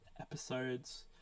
episodes